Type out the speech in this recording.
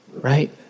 Right